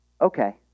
Okay